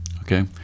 Okay